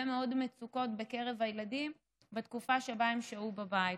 מאוד מצוקות בקרב הילדים בתקופה שבה הם שהו בבית.